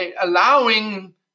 allowing